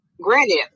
granted